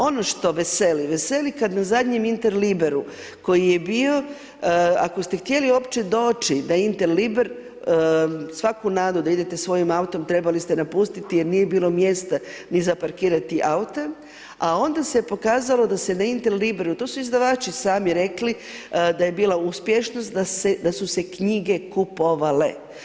Ono što veseli, veseli kad na zadnjem Interliberu koji je bio ako ste htjeli uopće doći na Interliber svaku nadu da idete svojim autom trebali ste napustiti jer nije bilo mjesta ni za parkirati aute, a onda se pokazalo da se na Interliberu, to su izdavači sami rekli, da je bila uspješnost, da su se knjige kupovale.